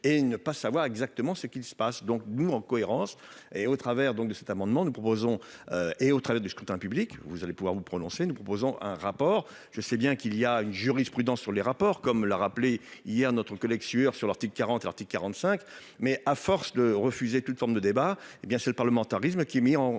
et ne pas savoir exactement ce qu'il se passe, donc nous en cohérence et au travers donc de cet amendement, nous proposons et au travers des scrutin public, vous allez pouvoir vous prolongez nous proposons un rapport, je sais bien qu'il y a une jurisprudence sur les rapports, comme l'a rappelé hier, notre collègue sur sur l'article 40 quarante-cinq mais à force de refuser toute forme de débat, hé bien, c'est le parlementarisme qui est mis en question